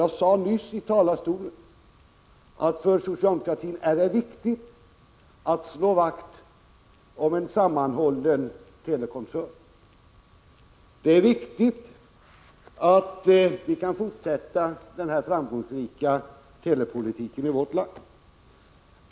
Jag sade nyss i talarstolen att för socialdemokratin är det viktigt att slå vakt om en sammanhållen telekoncern och fortsätta den framgångsrika telepolitiken i vårt land.